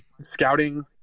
scouting